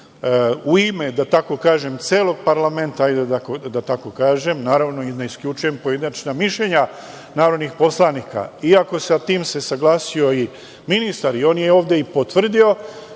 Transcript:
u ime, da tako kažem, celog parlamenta, naravno i ne isključujem pojedinačna mišljenja narodnih poslanika, iako se sa tim saglasio i ministar i on je ovde i potvrdio,